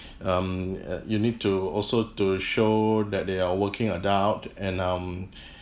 um uh you need to also to show that they are working adult and um